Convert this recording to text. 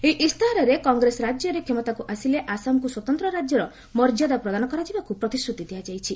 ଏହି ଇସ୍ତାହାରରେ କଂଗ୍ରେସ ରାଜ୍ୟରେ କ୍ଷମତାକୁ ଆସିଲେ ଆସାମକୁ ସ୍ୱତନ୍ତ୍ର ରାଜ୍ୟର ମର୍ଯ୍ୟାଦା ପ୍ରଦାନ କରାଯିବାକୁ ପ୍ରତିଶ୍ରୁତି ଦିଆଯାଇଛି